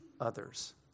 others